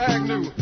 Agnew